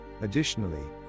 Additionally